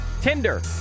Tinder